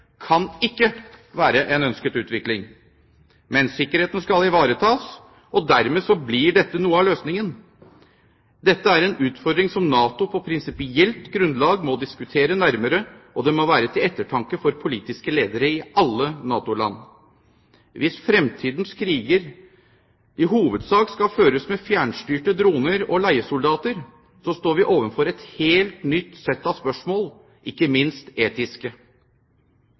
kan ikke være en ønsket utvikling. Men sikkerheten skal ivaretas, og dermed blir dette noe av løsningen. Dette er en utfordring som NATO på prinsipielt grunnlag må diskutere nærmere, og det må være til ettertanke for politiske ledere i alle NATO-land. Hvis fremtidens kriger i hovedsak skal føres med fjernstyrte droner og leiesoldater, står vi overfor et helt nytt sett av spørsmål, ikke minst etiske.